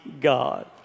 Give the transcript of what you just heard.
God